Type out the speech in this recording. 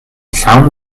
llawn